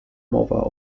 mowa